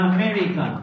America